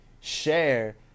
share